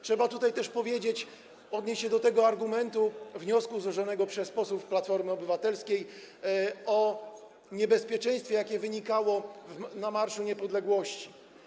Trzeba też powiedzieć, odnieść się do tego argumentu, wniosku złożonego przez posłów Platformy Obywatelskiej, dotyczącego niebezpieczeństwa, jakie wynikało z Marszu Niepodległości.